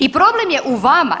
I problem je u vama.